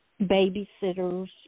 babysitters